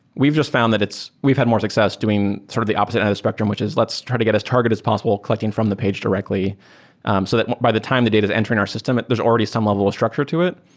we've just found that we've had more success doing sort of the opposite end of the spectrum, which is let's try to get as targeted as possible collecting from the page directly um so that by the time the data is entering our system, there's already some level of structure to it.